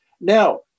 Now